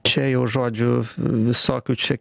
čia jau žodžiu visokių čia